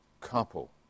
couple